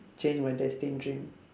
change my destined dream